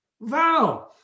vow